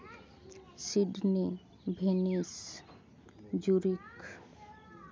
Sydney ᱵᱷᱮᱱᱤᱥ ᱡᱳᱨᱤᱠᱷ